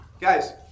guys